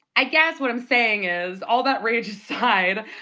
i guess what i'm saying is, all that rage aside,